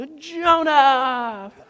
Jonah